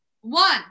one